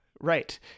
Right